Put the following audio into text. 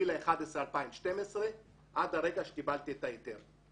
בנובמבר 2012 עד הרגע שקיבלת את ההיתר.